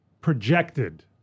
projected